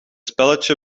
spelletje